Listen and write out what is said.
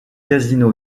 casino